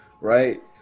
right